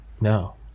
No